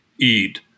eat